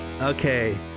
Okay